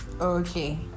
okay